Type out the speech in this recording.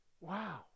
Wow